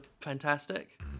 fantastic